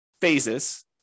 phases